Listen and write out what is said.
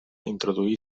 introduir